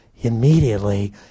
immediately